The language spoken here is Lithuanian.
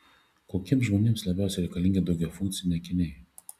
kokiems žmonėms labiausiai reikalingi daugiafunkciai akiniai